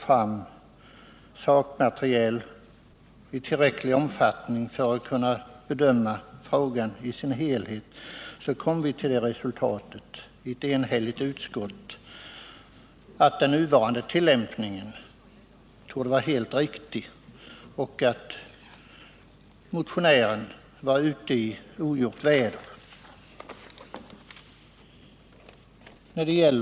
Efter att ha fått tillräckligt material för att kunna bedöma frågan i dess helhet kom emellertid ett enhälligt utskott fram till att den nuvarande tillämpningen torde vara helt riktig och att motionären var ute i ogjort väder.